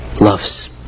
loves